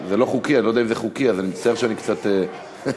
להגיד לכל מי שמצפה שבאחד הימים מצבו ישתפר: תפסיק לחלום,